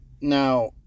Now